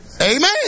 Amen